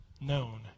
known